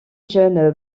jeunes